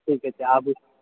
ठीके अछि आबु